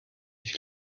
ich